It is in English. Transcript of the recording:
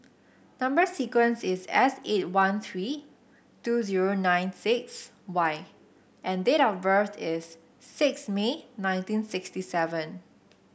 number sequence is S eight one three two zero nine six Y and date of birth is six May nineteen sixty seven